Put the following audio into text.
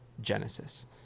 genesis